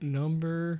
number